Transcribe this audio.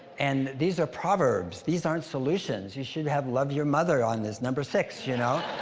and these are proverbs. these aren't solutions. you should have love your mother on this, number six. you know?